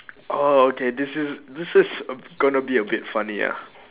orh okay this is this is gonna be a bit funny ah